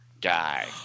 guy